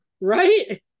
Right